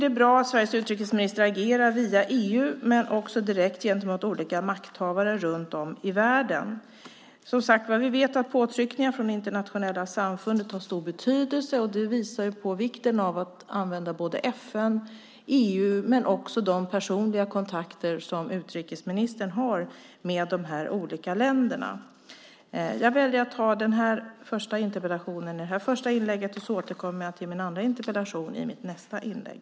Det är bra att Sveriges utrikesminister agerar via EU men också direkt i kontakterna med olika makthavare i världen. Vi vet, som sagt, att påtryckningar från det internationella samfundet har stor betydelse. Det visar på vikten av att använda både FN, EU och de personliga kontakter som utrikesministern har med de olika länderna. Jag väljer att ta upp den första interpellationen i detta mitt första inlägg och återkommer till den andra i mitt nästa inlägg.